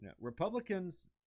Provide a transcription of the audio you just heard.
Republicans